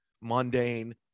mundane